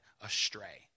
astray